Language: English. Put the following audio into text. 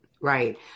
Right